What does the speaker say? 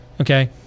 okay